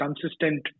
consistent